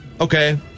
Okay